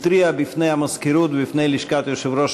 הוא התריע בפני המזכירות ובפני לשכת יושב-ראש